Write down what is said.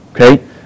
Okay